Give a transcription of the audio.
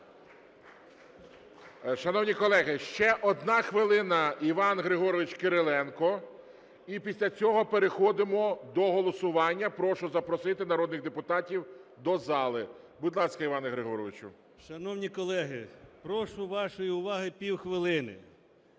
Шановні колеги, ще одна хвилина – Іван Григорович Кириленко, і після цього переходимо до голосування. Прошу запросити народних депутатів до зали. Будь ласка, Іване Григоровичу. 13:41:28 КИРИЛЕНКО І.Г. Шановні колеги, прошу вашої уваги півхвилини.